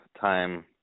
time